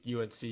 unc